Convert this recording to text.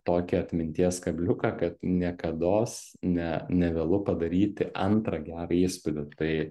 tokį atminties kabliuką kad niekados ne nevėlu padaryti antrą gerą įspūdį tai